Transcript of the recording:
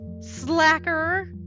Slacker